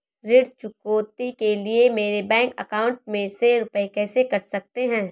ऋण चुकौती के लिए मेरे बैंक अकाउंट में से रुपए कैसे कट सकते हैं?